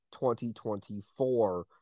2024